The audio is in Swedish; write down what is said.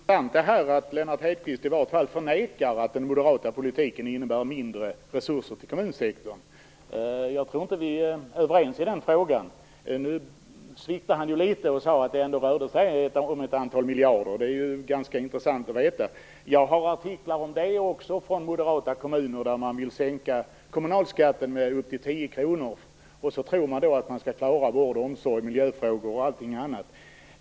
Fru talman! Det är intressant att Lennart Hedquist förnekar att den moderata politiken innebär mindre resurser till kommunsektorn. Jag tror inte att vi är överens i den frågan. Nu sviktade han litet och sade att det ändå rörde sig om ett antal miljarder. Det är ganska intressant att veta. Jag har artiklar också om det från moderata kommuner där man vill sänka kommunalskatten med upp till 10 kr. Man tror där att man ändå skall kunna klara vård, omsorg, miljöfrågor och allting annat.